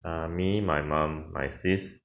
ah me my mum my sis